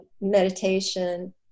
meditation